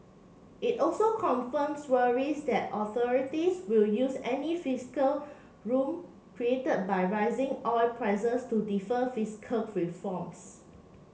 it also confirms worries that authorities will use any fiscal room created by rising oil prices to defer fiscal reforms